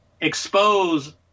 expose